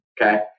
okay